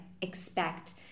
expect